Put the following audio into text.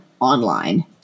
online